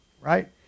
right